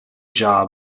job